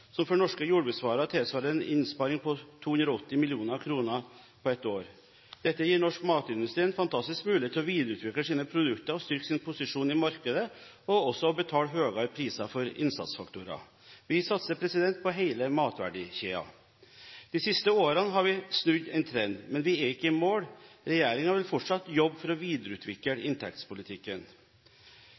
som for norske jordbruksvarer tilsvarer en innsparing på 280 mill. kr på et år. Dette gir norsk matindustri en fantastisk mulighet til å videreutvikle sine produkter og styrke sin posisjon i markedet, og også å betale høyere priser for innsatsfaktorene. Vi satser på hele matverdikjeden. De siste årene har vi snudd en trend. Men vi er ikke i mål, regjeringen vil fortsatt jobbe for å videreutvikle inntektspolitikken.